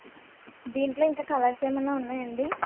దీనిలో ఇంకా కలర్స్ ఏమన్నా ఉన్నాయా అండి